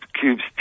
cubes